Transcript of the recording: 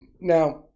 Now